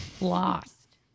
Lost